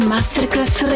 Masterclass